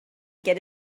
get